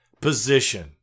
position